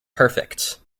perfect